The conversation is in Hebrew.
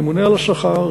הממונה על השכר,